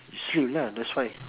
you sleep lah that's why